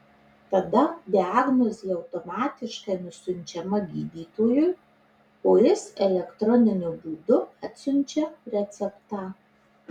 tada diagnozė automatiškai nusiunčiama gydytojui o jis elektroniniu būdu atsiunčia receptą